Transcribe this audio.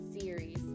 series